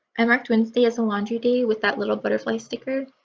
i marked wednesday as a laundry day with that little butterfly sticker,